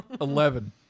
Eleven